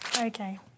Okay